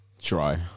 Try